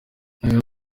yagize